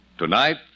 Tonight